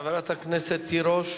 חברת הכנסת תירוש,